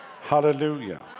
Hallelujah